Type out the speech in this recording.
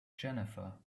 jennifer